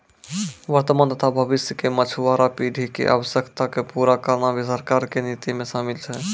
वर्तमान तथा भविष्य के मछुआरा पीढ़ी के आवश्यकता क पूरा करना भी सरकार के नीति मॅ शामिल छै